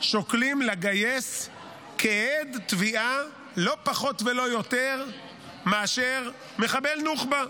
שוקלים לגייס כעד תביעה לא פחות ולא יותר מאשר מחבל נוח'בה.